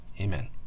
amen